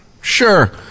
sure